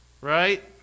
right